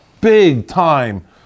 big-time